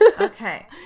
Okay